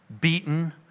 beaten